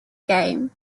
game